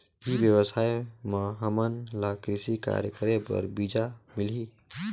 ई व्यवसाय म हामन ला कृषि कार्य करे बर बीजा मिलही?